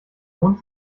lohnt